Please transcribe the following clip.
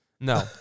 No